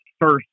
first